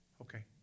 Okay